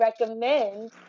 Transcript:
recommend